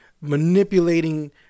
manipulating